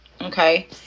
okay